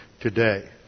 today